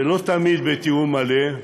ולא תמיד בתיאום מלא,